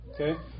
Okay